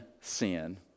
sin